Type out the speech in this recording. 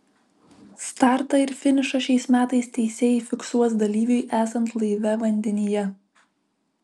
startą ir finišą šiais metais teisėjai fiksuos dalyviui esant laive vandenyje